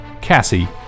Cassie